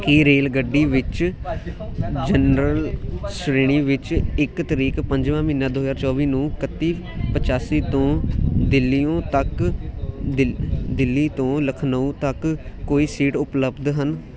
ਕੀ ਰੇਲਗੱਡੀ ਵਿੱਚ ਜਨਰਲ ਸ਼੍ਰੇਣੀ ਵਿੱਚ ਇੱਕ ਤਰੀਕ ਪੰਜਵਾਂ ਮਹੀਨਾ ਦੋ ਹਜ਼ਾਰ ਚੌਵੀ ਨੂੰ ਇਕੱਤੀ ਪਚਾਸੀ ਤੋਂ ਦਿੱਲੀਓ ਤੱਕ ਦਿ ਦਿੱਲੀ ਤੋਂ ਲਖਨਊ ਤੱਕ ਕੋਈ ਸੀਟ ਉਪਲਬਧ ਹਨ